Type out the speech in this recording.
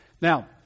Now